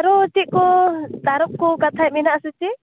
ᱟᱨᱚ ᱪᱮᱫ ᱠᱚ ᱛᱟᱨᱚᱵ ᱠᱚ ᱠᱟᱛᱷᱟᱡ ᱢᱮᱱᱟᱜᱼᱟ ᱥᱮ ᱪᱮᱫ